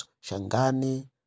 Shangani